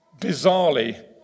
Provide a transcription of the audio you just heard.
bizarrely